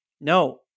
No